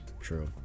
True